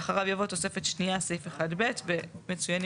ואחריו יבוא: "תוספת שניה (סעיף 1(ב)) גוש